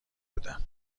بودم